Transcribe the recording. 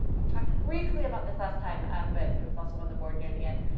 we talked briefly about this last time, um, but it was also on the board near the end,